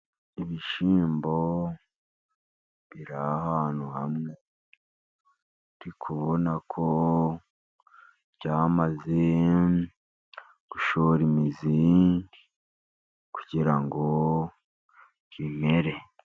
Ibishyimbo biri ahantu hamwe ndi kubona ko byamaze gushora imizi kugira ngo bimere.